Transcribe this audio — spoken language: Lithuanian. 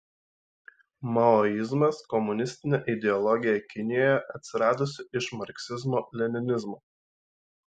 maoizmas komunistinė ideologija kinijoje atsiradusi iš marksizmo leninizmo